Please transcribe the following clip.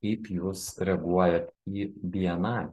kaip jūs reaguojat į bni